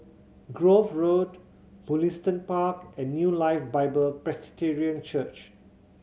Grove Road Mugliston Park and New Life Bible Presbyterian Church